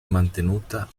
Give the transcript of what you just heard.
mantenuta